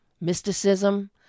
mysticism